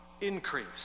increase